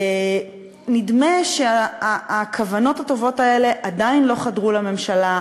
נדמה שהכוונות הטובות האלה עדיין לא חדרו לממשלה,